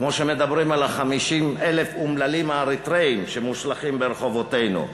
כמו שמדברים על 50,000 אומללים אריתריאים שמושלכים ברחובותינו.